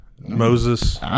Moses